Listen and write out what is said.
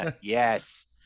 Yes